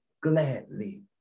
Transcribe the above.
gladly